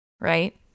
Right